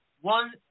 One